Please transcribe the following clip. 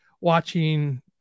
watching